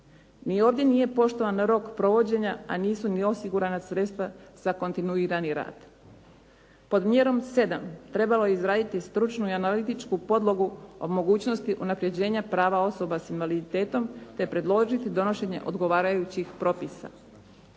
Ni ovdje nije poštovan rok provođenja, a nisu ni osigurana sredstva za kontinuirani rad. Pod mjerom 7 trebalo je izraditi stručnu i analitički podlogu o mogućnosti unaprjeđenja prava osoba s invaliditetom te predložiti donošenje odgovarajućih propisa.